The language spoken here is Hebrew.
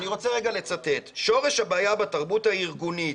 אני רוצה רגע לצטט: 'שורש הבעיה בתרבות הארגונית,